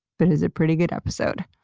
but it's a pretty good episode.